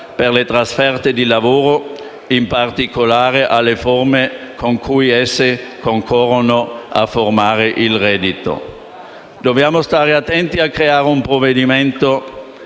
per le trasferte di lavoro, in particolare alle forme con cui esse concorrono a formare il reddito. Dobbiamo stare attenti a creare un provvedimento